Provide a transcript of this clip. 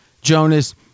Jonas